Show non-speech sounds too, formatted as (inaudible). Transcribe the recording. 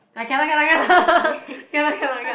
ah cannot cannot cannot (laughs) cannot cannot cannot